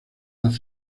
las